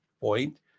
point